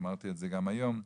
אמרתי את זה גם היום,